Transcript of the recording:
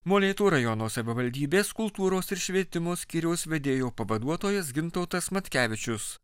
molėtų rajono savivaldybės kultūros ir švietimo skyriaus vedėjo pavaduotojas gintautas matkevičius